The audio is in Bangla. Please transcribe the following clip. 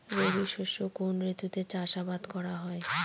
রবি শস্য কোন ঋতুতে চাষাবাদ করা হয়?